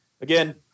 Again